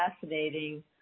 fascinating